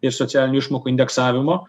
ir socialinių išmokų indeksavimo